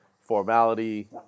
formality